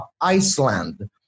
Iceland